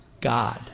God